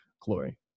glory